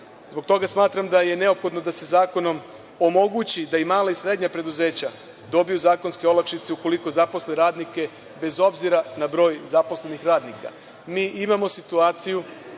Zbog toga smatram da je neophodno da se zakonom omogući da i mala i srednja preduzeća dobiju zakonske olakšice ukoliko zaposle radnike bez obzira na broj zaposlenih radnika.